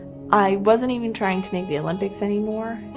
i wasn't even trying to make the olympics anymore.